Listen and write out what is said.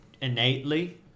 innately